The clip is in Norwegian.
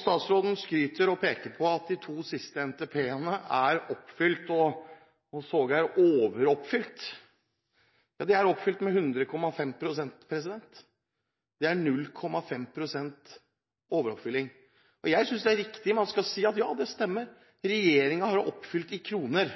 Statsråden skryter av og peker på at de to siste NTP-ene er oppfylt og sågar overoppfylt. De er oppfylt med 100,5 pst. Det er 0,5 pst. overoppfylling. Jeg synes det er riktig: Man skal si at ja, det stemmer. Regjeringen har oppfylt i kroner,